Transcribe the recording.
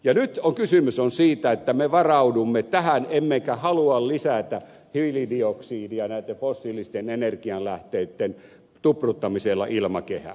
nyt kysymys on siitä että me varaudumme tähän emmekä halua lisätä hiilidioksidia näitten fossiilisten energialähteitten tupruttamisella ilmakehään